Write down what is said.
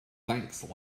thanks